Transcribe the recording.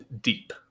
deep